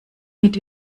mit